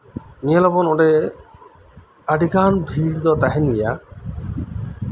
ᱧᱮᱞᱟᱵᱚᱱ ᱚᱸᱰᱮ ᱟᱹᱰᱤ ᱜᱟᱱ ᱵᱷᱤᱲ ᱦᱚᱸ ᱛᱟᱦᱮᱱ ᱜᱮᱭᱟ